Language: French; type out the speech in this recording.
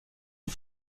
une